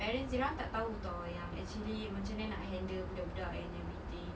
parents dorang tak tahu tau yang actually macam mana nak handle budak-budak and everything